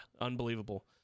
unbelievable